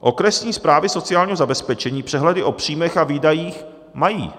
Okresní správy sociálního zabezpečení přehledy o příjmech a výdajích mají.